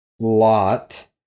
lot